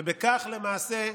בכך למעשה,